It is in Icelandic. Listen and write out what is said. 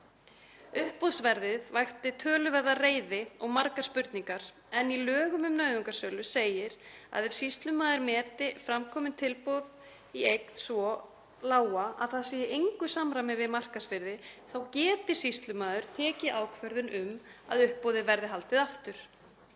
Uppboðsverðið vakti töluverða reiði og margar spurningar. Í lögum um nauðungarsölu segir að ef sýslumaður meti fram komin tilboð í eign svo lág að þau séu í engu samræmi við markaðsvirði geti sýslumaður tekið ákvörðun um að uppboði verði haldið aftur.